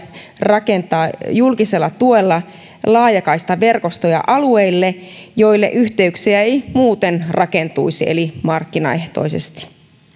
rakentaa julkisella tuella laajakaistaverkostoja alueille joille yhteyksiä ei muuten eli markkinaehtoisesti rakentuisi